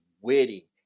witty